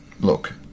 look